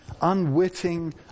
unwitting